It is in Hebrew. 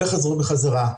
וחזרו בחזרה.